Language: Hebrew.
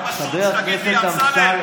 תגיד שאתה לא רוצה.